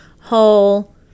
whole